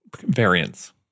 variants